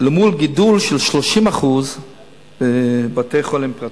מול גידול של 30% בבתי-חולים פרטיים.